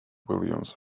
williams